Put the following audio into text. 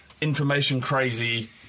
information-crazy